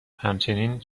همچنین